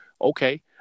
Okay